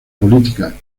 política